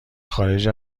خارج